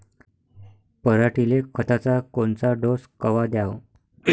पऱ्हाटीले खताचा कोनचा डोस कवा द्याव?